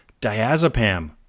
Diazepam